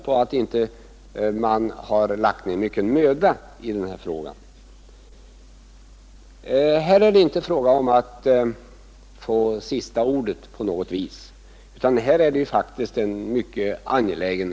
Det är uppenbart att mycken möda lagts ned i denna fråga. Här gäller det inte att på något sätt få sista ordet, utan här gäller det faktiskt något mycket angeläget.